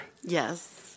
Yes